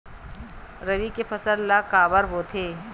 रबी के फसल ला काबर बोथे?